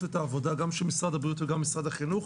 גם את העבודה גם של משרד הבריאות וגם של משרד החינוך